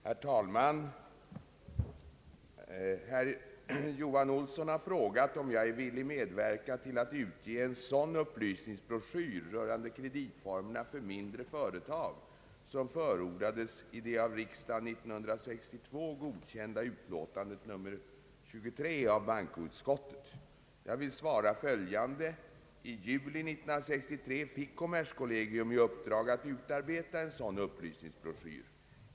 Herr talman! Herr Johan Olsson har frågat om jag är villig medverka till att utge en sådan upplysningsbroschyr rörande kreditformerna för mindre företag som förordades i det av riksdagen 1962 godkända utlåtandet nr 23 av bankoutskottet. Jag vill svara följande. I juli 1963 fick kommerskollegium i uppdrag att utarbeta en sådan upplysningsbroschyr.